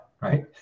Right